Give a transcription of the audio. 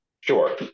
Sure